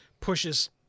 pushes